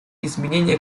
изменения